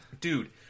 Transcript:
Dude